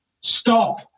Stop